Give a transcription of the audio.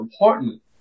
important